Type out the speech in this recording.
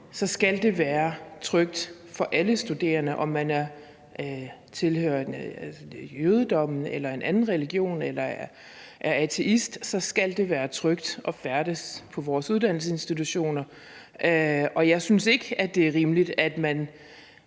skal det være trygt for alle studerende, om man tilhører jødedommen eller en anden religion eller er ateist, at færdes på vores uddannelsesinstitutioner, og jeg synes ikke, det er rimeligt, at man